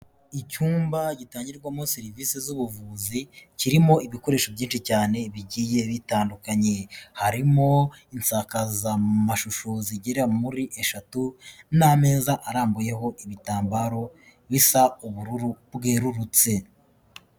Icyumba gitangirwamo serivisi z'ubuvuzi kirimo ibikoresho byinshi cyane bigiye bitandukanye. Harimo insakazamashusho zigera muri eshatu n'ameza arambuyeho ibitambaro bisa ubururu bwerurutse.